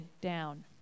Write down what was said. down